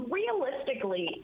realistically